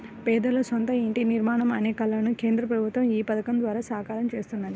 పేదల సొంత ఇంటి నిర్మాణం అనే కలను కేంద్ర ప్రభుత్వం ఈ పథకం ద్వారా సాకారం చేస్తున్నది